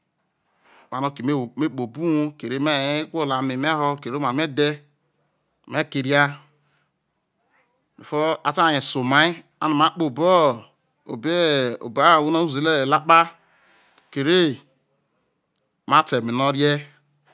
me no me wo me kpobo uwou kere me nye gwolo ame merro ho kere oma medhe me̠ keria before a te nwane se omai ano ma kpobo obei obo ahwonọ awuzou elakpa kere ma ta eme nọ ọne